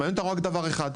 מעניין אותנו רק דבר אחד.